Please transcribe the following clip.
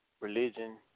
religion